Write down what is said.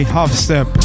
Half-step